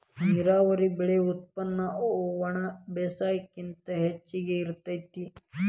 ನೇರಾವರಿ ಬೆಳೆ ಉತ್ಪನ್ನ ಒಣಬೇಸಾಯಕ್ಕಿಂತ ಹೆಚಗಿ ಇರತತಿ